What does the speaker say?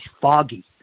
foggy